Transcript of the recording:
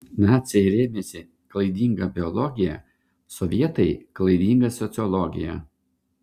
naciai rėmėsi klaidinga biologija sovietai klaidinga sociologija